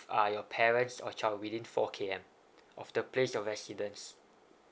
uh your parents or child within four k m of the place of residence